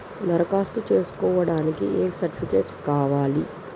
దరఖాస్తు చేస్కోవడానికి ఏ సర్టిఫికేట్స్ కావాలి?